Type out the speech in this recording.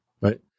right